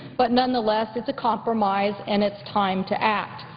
but nonetheless it's a compromise and it's time to act.